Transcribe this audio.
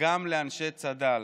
גם לאנשי צד"ל,